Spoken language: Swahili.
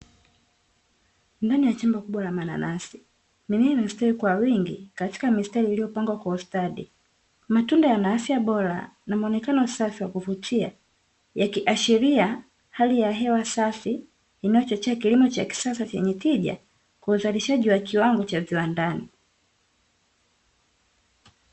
Ndani ya shamba kubwa la mananasi, mimea imestawi kwa wingi katika mistari iliyopangwa kwa ustadi. Matunda yana afya bora, na muonekano safi wa kuvutia. Yakiashiria hali ya hewa safi inayochochea vilimo vya kisasa venye tija kwa uzalishaji wa kiwango cha viwandani.